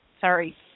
Sorry